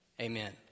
Amen